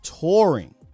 touring